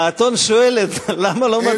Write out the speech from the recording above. האתון שואלת: למה לא מצביעים?